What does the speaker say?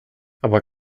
aber